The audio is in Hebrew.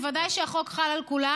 בוודאי שהחוק חל על כולם,